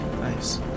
Nice